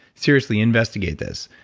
seriously investigate this.